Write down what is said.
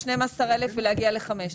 12,000 ולהגיע ל-5,000.